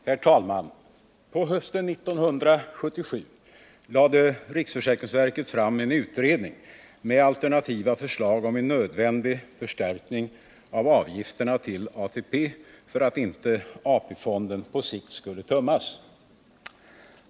Herr talman! På hösten 1977 lade riksförsäkringsverket fram en utredning med alternativa förslag om en nödvändig förstärkning av avgifterna till ATP för att inte AP-fonden på sikt skall tömmas.